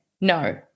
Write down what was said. No